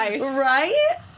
Right